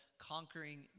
Conquering